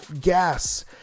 gas